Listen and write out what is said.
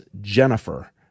Jennifer